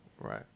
Right